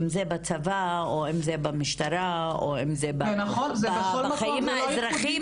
אם זה בצבא או אם זה במשטרה או אם זה בחיים אזרחיים